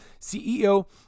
CEO